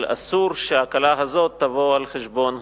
אבל אסור שההקלה הזאת תבוא על חשבון הביטחון.